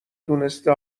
دونسته